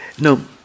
No